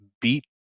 beat